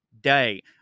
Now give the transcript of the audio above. day